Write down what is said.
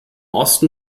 osten